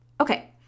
okay